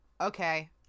Okay